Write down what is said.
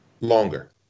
longer